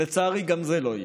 לצערי גם זה לא יהיה.